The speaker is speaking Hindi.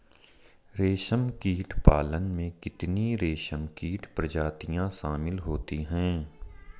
रेशमकीट पालन में कितनी रेशमकीट प्रजातियां शामिल होती हैं?